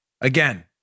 Again